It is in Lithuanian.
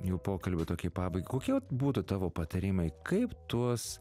jų pokalbio tokiai pabaigai kokie vat būtų tavo patarimai kaip tuos